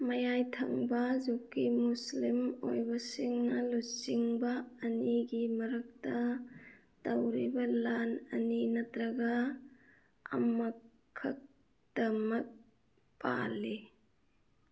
ꯃꯌꯥꯏ ꯊꯪꯕ ꯖꯨꯛꯀꯤ ꯃꯨꯁꯂꯤꯝ ꯑꯣꯏꯕꯁꯤꯡꯅ ꯂꯨꯆꯤꯡꯕ ꯑꯅꯤꯒꯤ ꯃꯔꯛꯇ ꯇꯧꯔꯤꯕ ꯂꯥꯟ ꯑꯅꯤ ꯅꯠꯇ꯭ꯔꯒ ꯑꯃꯈꯛꯇꯃꯛ ꯄꯥꯜꯂꯤ